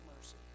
mercy